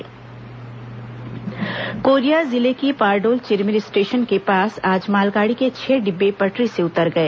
मालगाड़ी दुर्घटना कोरिया जिले की पारडोल चिरमिरी स्टेशन के पास आज मालगाड़ी के छह डिब्बे पटरी से उतर गए